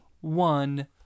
one